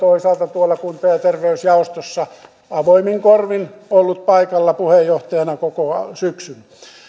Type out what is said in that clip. toisaalta tuolla kunta ja terveysjaostossa avoimin korvin olen ollut paikalla puheenjohtajana koko syksyn